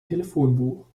telefonbuch